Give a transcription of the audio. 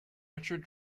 richard